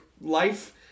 life